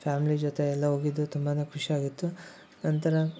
family ಜೊತೆ ಎಲ್ಲ ಹೋಗಿದ್ದು ತುಂಬ ಖುಷಿ ಆಗಿತ್ತು ನಂತರ